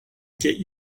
get